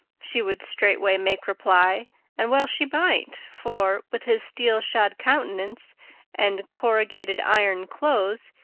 she would straightway make reply and well she might, for, with his steel-shod countenance and corrugated-iron clothes,